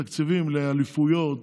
תקציבים לאליפויות,